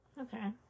Okay